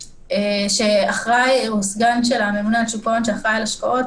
שהוא סגן הממונה על שוק ההון שאחראי על השקעות,